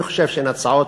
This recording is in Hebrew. אני חושב שהן הצעות,